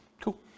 Cool